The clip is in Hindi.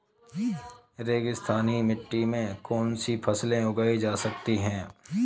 रेगिस्तानी मिट्टी में कौनसी फसलें उगाई जा सकती हैं?